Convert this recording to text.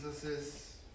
Jesus